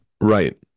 Right